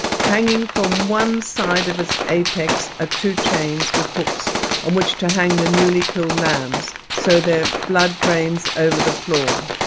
hanging from one side of its apex are ah two chains with hooks on which to hang the newly killed lambs so their blood drains over the floor.